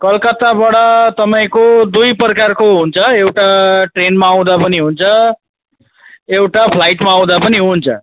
कलकत्ताबाट तपाईँको दुई प्रकारको हुन्छ एउटा ट्रेनमा आउँदा पनि हुन्छ एउटा फ्लाइटमा आउँदा पनि हुन्छ